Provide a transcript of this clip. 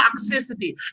toxicity